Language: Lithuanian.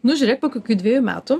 nu žiūrėk po kokių dvejų metų